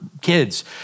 kids